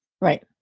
Right